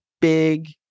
big